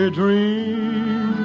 dream